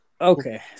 Okay